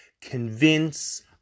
convince